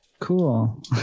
Cool